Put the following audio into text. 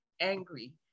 angry